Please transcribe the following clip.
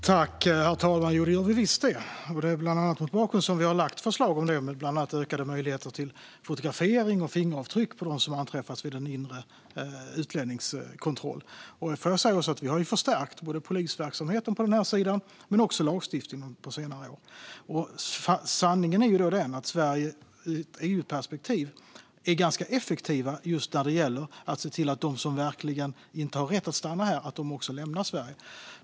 Herr talman! Det gör vi visst, och det är bland annat mot den bakgrunden vi har lagt fram förslag om ökade möjligheter till fotografering och fingeravtryck när det gäller dem som anträffas vid en inre utlänningskontroll. Vi har ju förstärkt både polisverksamheten på den här sidan och lagstiftningen på senare år. Sanningen är att Sverige ur ett EU-perspektiv är ganska effektivt just när det gäller att se till att de som verkligen inte har rätt att stanna här också lämnar Sverige.